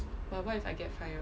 but what if I get fired